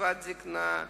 קצבת הזיקנה,